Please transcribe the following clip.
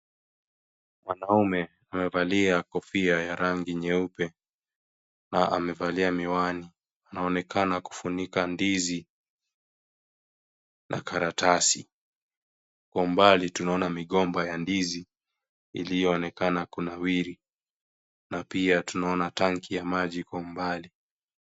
Mwanamume amevalia kofia ya rangi nyeupe na amevalia miwani. Anaonekana kufunika ndizi na karatasi, kwa umbali tunaona migomba ya ndizi iliyoonekana kunawiri. Pia tunaona tanki ya maji kwa umbali.